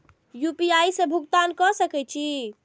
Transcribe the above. UPI से भुगतान क सके छी?